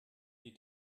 die